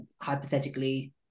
hypothetically